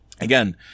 Again